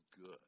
good